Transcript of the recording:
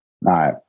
right